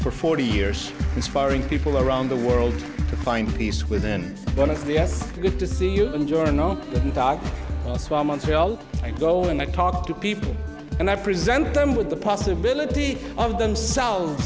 for forty years aspiring people around the world to find peace within one of the yes good to see you enjoy a no go and i talk to people and i present them with the possibility of themselves